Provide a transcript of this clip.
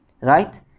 right